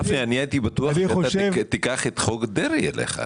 גפני, אני הייתי בטוח שתיקח את חוק דרעי אליך.